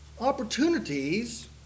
opportunities